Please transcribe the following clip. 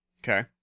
Okay